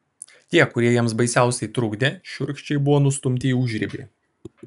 tie kurie jiems baisiausiai trukdė šiurkščiai buvo nustumti į užribį